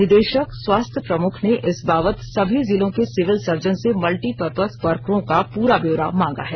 निदेशकस्वास्थ्य प्रमुख ने इस बाबत सभी जिलों के सिविल सर्जन से मल्टी परपर वर्करों का पूरा ब्यौरा मांगा है